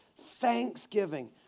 Thanksgiving